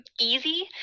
easy